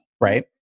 right